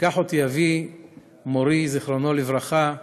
לקח אותי אבי מורי, זיכרונו לברכה,